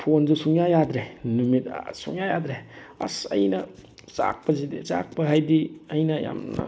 ꯐꯣꯟꯗꯨ ꯁꯨꯡꯌꯥ ꯌꯥꯗ꯭ꯔꯦ ꯅꯨꯃꯤꯠ ꯁꯨꯡꯌꯥ ꯌꯥꯗ꯭ꯔꯦ ꯑꯁ ꯑꯩꯅ ꯆꯥꯛꯄꯁꯤꯗꯤ ꯆꯥꯛꯄ ꯍꯥꯏꯗꯤ ꯑꯩꯅ ꯌꯥꯝꯅ